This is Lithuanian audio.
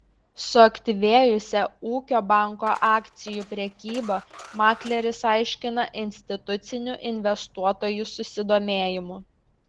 suaktyvėjusią ūkio banko akcijų prekybą makleris aiškina institucinių investuotojų susidomėjimu